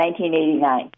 1989